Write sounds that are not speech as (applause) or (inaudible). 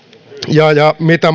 ja mahdollisista vaikutuksista mitä (unintelligible)